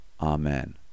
Amen